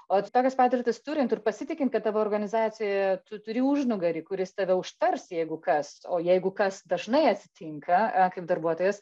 o tokias patirtis turint ir pasitikint kad tavo organizacijoje tu turi užnugarį kuris tave užtars jeigu kas o jeigu kas dažnai atsitinka e kaip darbuotojas